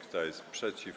Kto jest przeciw?